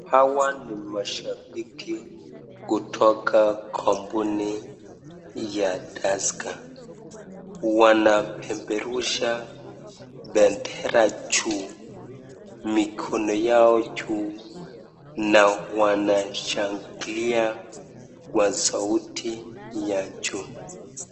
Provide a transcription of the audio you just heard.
Hawa ni mashabiki kutoka kampuni ya Tusker. Wanapeperusha bendera juu mikono yao juu na wanashangilia kwa sauti ya juu.